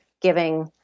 giving